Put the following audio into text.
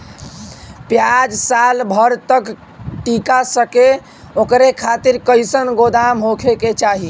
प्याज साल भर तक टीका सके ओकरे खातीर कइसन गोदाम होके के चाही?